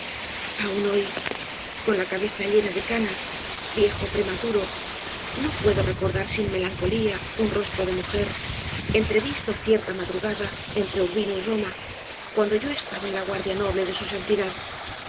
aun hoy con la cabeza llena de canas viejo prematuro no puedo recordar sin melancolía un rostro de mujer entrevisto cierta madrugada entre urbino y roma cuando yo estaba en la guardia noble de su santidad